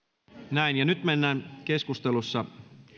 näin ja nyt mennään keskustelussa